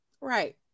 Right